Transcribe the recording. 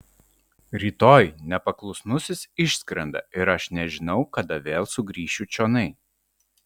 rytoj nepaklusnusis išskrenda ir aš nežinau kada vėl sugrįšiu čionai